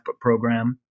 program